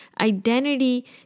identity